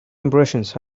impressions